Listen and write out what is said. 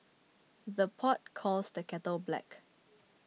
the pot calls the kettle black